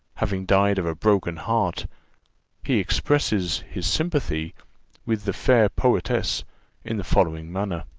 having died of a broken heart he expresses his sympathy with the fair poetess in the following manner.